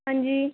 ਹਾਂਜੀ